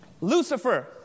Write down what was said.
Lucifer